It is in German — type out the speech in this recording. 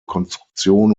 konstruktion